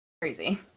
crazy